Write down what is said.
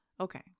Okay